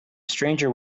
stranger